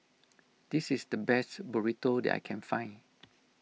this is the best Burrito that I can find